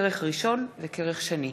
כרך ראשון וכרך שני.